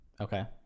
Okay